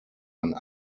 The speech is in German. ein